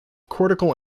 cortical